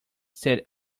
said